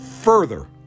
further